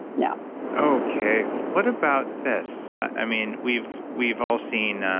no okay. what about this? i mean we've we've all seen,